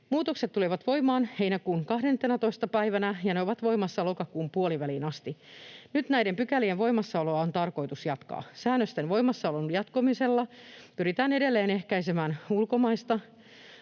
Muutokset tulivat voimaan heinäkuun 12. päivänä ja ovat voimassa lokakuun puoliväliin asti. Nyt näiden pykälien voimassaoloa on tarkoitus jatkaa. Säännösten voimassaolon jatkamisella pyritään edelleen ehkäisemään ulkomaista